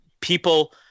people